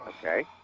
Okay